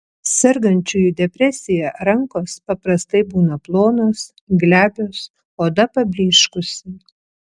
sergančiųjų depresija rankos paprastai būna plonos glebios oda pablyškusi